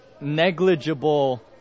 negligible